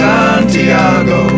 Santiago